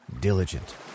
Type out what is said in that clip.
diligent